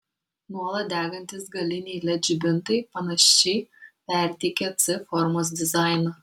nuolat degantys galiniai led žibintai panašiai perteikia c formos dizainą